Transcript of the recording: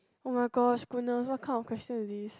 oh-my-gosh goodness what kind of question is this